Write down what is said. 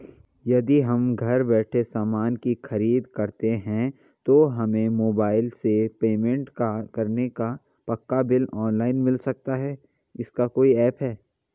यदि हम घर बैठे सामान की खरीद करते हैं तो हमें मोबाइल से पेमेंट करने पर पक्का बिल ऑनलाइन मिल सकता है इसका कोई ऐप है